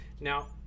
Now